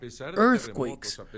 earthquakes